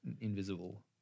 invisible